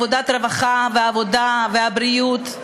הרווחה והבריאות,